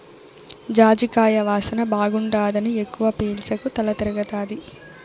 జాజికాయ వాసన బాగుండాదని ఎక్కవ పీల్సకు తల తిరగతాది